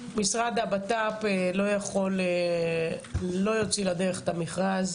משרד הבט"פ לא יוציא לדרך את המכרז